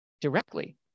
directly